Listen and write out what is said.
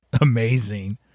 amazing